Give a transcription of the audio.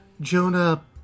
jonah